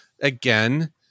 again